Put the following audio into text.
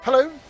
Hello